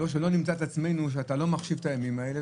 שלא נמצא את עצמנו שאתה לא מחשיב את הימים האלה,